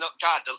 God